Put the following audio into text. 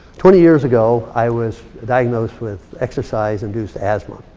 twenty years ago, i was diagnosed with exercise-induced asthma.